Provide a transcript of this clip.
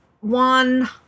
one